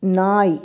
நாய்